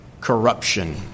corruption